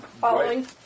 following